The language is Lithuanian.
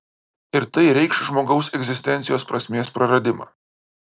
ir tai reikš žmogaus egzistencijos prasmės praradimą